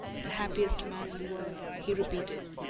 the happiest man in the world, he repeated.